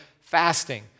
fasting